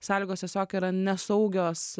sąlygos tiesiog yra nesaugios